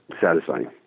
satisfying